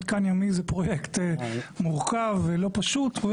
מתקן ימי זה פרויקט מורכב ולא פשוט.